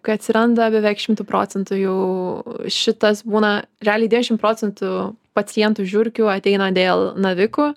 kai atsiranda beveik šimtu procentų jau šitas būna realiai dešim procentų pacientų žiurkių ateina dėl navikų